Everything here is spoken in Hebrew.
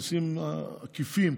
המיסים העקיפים,